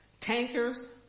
tankers